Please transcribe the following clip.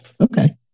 Okay